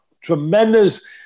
tremendous